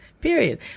period